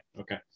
Okay